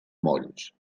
molls